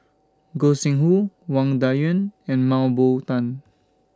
Gog Sing Hooi Wang Dayuan and Mah Bow Tan